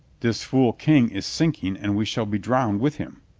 this fool king is sink ing and we shall be drowned with him.